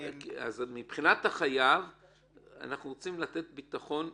מבחינת החייב אנחנו רוצים לתת יותר ביטחון,